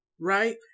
Right